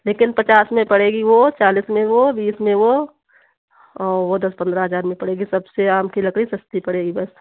लेकिन पचास में पड़ेगी वो चालीस में वो बीस में वो वो दस पन्द्रह हजार में पड़ेगी सबसे आम की लकड़ी सस्ती पड़ेगी बस